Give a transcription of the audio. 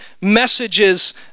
messages